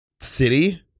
city